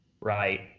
right